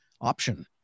option